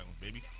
baby